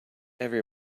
every